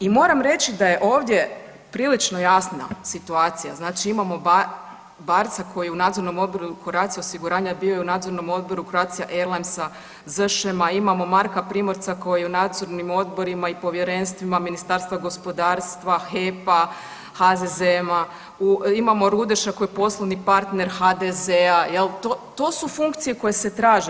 I moram reći da je ovdje prilično jasna situacija, znači imamo Barca koji je u nadzornom odboru Croatia osiguranja, a bio je u nadzornom odboru Croatia airlinesa, ZŠEM-a, imamo Marka Primorca koji je u nadzornim odborima i povjerenstvima Ministarstva gospodarstva, HEP-a, HZMO-a, imamo Rudeša koji je poslovni partner HDZ-a jel, to su funkcije koje se traže.